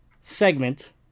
segment